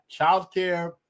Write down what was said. Childcare